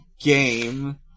game